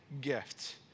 gift